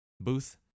booth